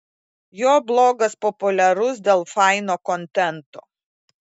jo blogas populiarus dėl faino kontento